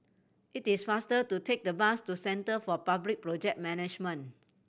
it is faster to take the bus to Centre for Public Project Management